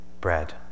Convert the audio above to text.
bread